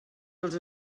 dels